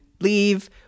leave